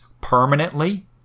permanently